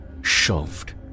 shoved